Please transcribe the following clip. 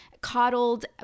coddled